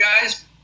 guys